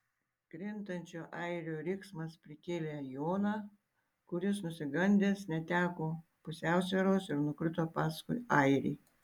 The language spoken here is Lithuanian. krintančio airio riksmas prikėlė joną kuris nusigandęs neteko pusiausvyros ir nukrito paskui airį